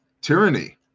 Tyranny